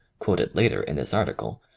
quoted later in this ar ticle,